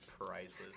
priceless